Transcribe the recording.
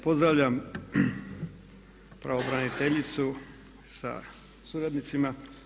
Pozdravljam pravobraniteljicu sa suradnicima.